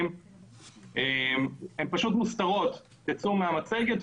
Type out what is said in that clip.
לנסות לממש אותם,